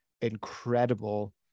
incredible